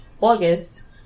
August